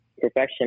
perfection